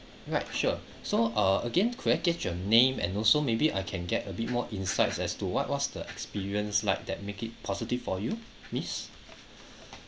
right sure so uh again could I get your name and also maybe I can get a bit more insights as to what was the experience like that make it positive for you miss